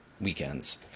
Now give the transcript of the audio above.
weekends